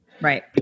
Right